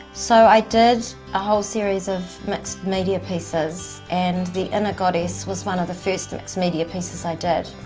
so i did a whole series of mixed media pieces, and the inner goddess was one of the first mixed media pieces i did.